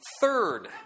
third